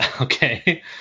Okay